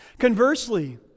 Conversely